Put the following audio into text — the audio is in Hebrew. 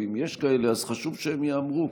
אם יש כאלה אז חשוב שהם ייאמרו.